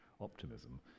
optimism